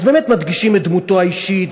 ואז באמת מדגישים את דמותו האישית,